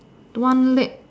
one leg